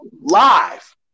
live